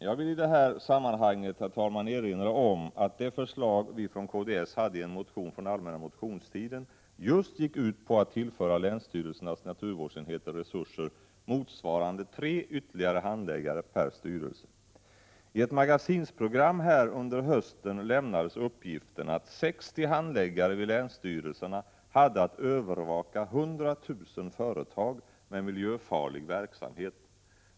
Jag vill i det här sammanhanget, herr talman, erinra om att det förslag vi från kds hade i en motion från allmänna motionstiden just gick ut på att tillföra länsstyrelsernas naturvårdsenheter resurser motsvarande tre ytterligare handläggare per styrelse. I ett Magasinprogram under hösten lämnades uppgiften att 60 handläggare vid länsstyrelserna hade att övervaka 100 000 företag med miljöfarlig verksamhet.